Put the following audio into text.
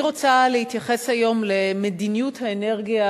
אני רוצה להתייחס היום למדיניות האנרגיה